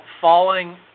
falling